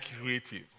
creative